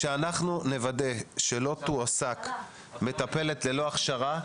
אנחנו נוודא שלא תועסק מטפלת ללא הכשרה.